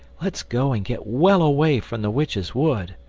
let's go and get well away from the witch's wood.